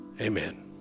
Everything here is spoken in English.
Amen